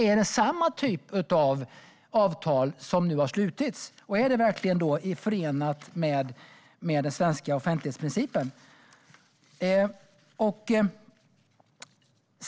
Är det samma typ av avtal som nu har slutits, och är det då förenligt med den svenska offentlighetsprincipen?